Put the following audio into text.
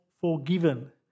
forgiven